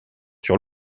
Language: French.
sur